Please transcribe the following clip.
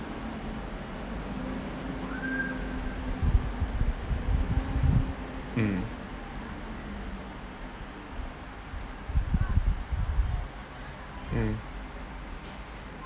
mmhmm mmhmm